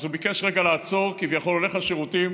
אז הוא ביקש לעצור רגע, כביכול הולך לשירותים,